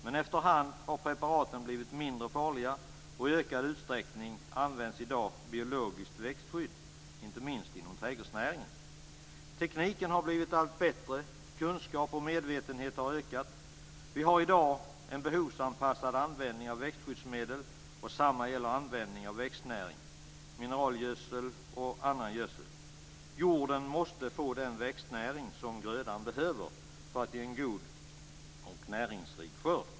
Men efterhand har preparaten blivit mindre farliga och i ökad utsträckning används i dag biologiskt växtskydd, inte minst inom trädgårdsnäringen. Tekniken har blivit allt bättre. Kunskap och medvetenhet har ökat. Vi har i dag en behovsanpassad användning av växtskyddsmedel. Detsamma gäller användning av växtnäring, mineralgödsel och annan gödsel. Jorden måste få den växtnäring som grödan behöver för att ge en god och näringsrik skörd.